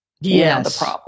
Yes